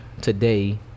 today